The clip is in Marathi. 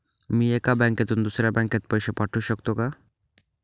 मी एका बँकेतून दुसऱ्या बँकेत पैसे पाठवू शकतो का?